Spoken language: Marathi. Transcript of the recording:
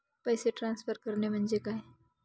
पैसे ट्रान्सफर करणे म्हणजे काय?